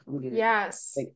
yes